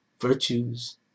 virtues